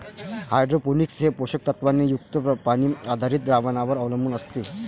hydroponics हे पोषक तत्वांनी युक्त पाणी आधारित द्रावणांवर अवलंबून असते